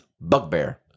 bugbear